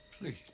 Please